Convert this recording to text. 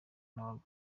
n’abagabo